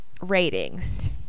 ratings